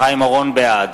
בעד